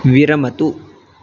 विरमतु